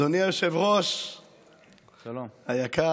אדוני היושב-ראש היקר,